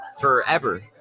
forever